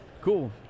Cool